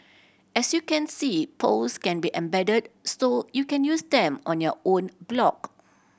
as you can see polls can be embedded so you can use them on your own blog